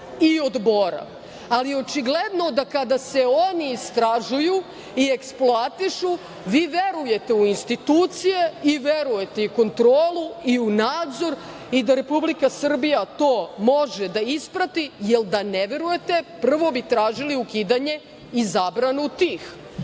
i od bora, ali očigledno da kada e oni istražuju i eksploatišu vi verujete u institucije i verujete u kontrolu i u nadzor i da Republika Srbija to može da isprati, jer da ne verujete prvo bi tražili ukidanje i zabranu tih,